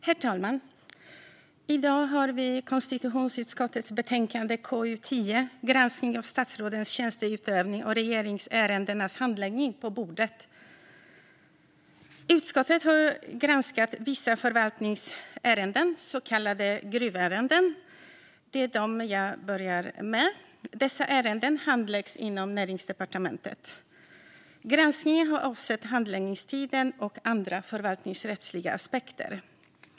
Herr talman! I dag har vi konstitutionsutskottets betänkande KU10 Granskning av statsrådens tjänsteutövning och regeringsärendenas handläggning på bordet. Utskottet har granskat vissa förvaltningsärenden, så kallade gruvärenden. Det är dem jag börjar med. Dessa ärenden handläggs inom Näringsdepartementet. Granskningen har avsett handläggningstiden och andra förvaltningsrättsliga aspekter.